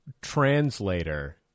translator